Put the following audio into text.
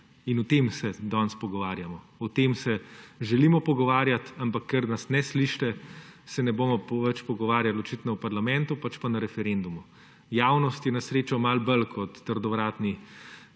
In o tem se danes pogovarjamo, o tem se želimo pogovarjati, ampak ker nas ne slišite, se ne bomo več pogovarjali, očitno, v parlamentu, pač pa na referendumu. Javnost je na srečo malo bolj kot trdovratni